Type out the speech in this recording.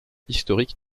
historique